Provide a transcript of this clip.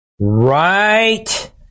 Right